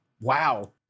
Wow